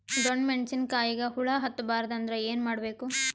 ಡೊಣ್ಣ ಮೆಣಸಿನ ಕಾಯಿಗ ಹುಳ ಹತ್ತ ಬಾರದು ಅಂದರ ಏನ ಮಾಡಬೇಕು?